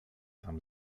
tam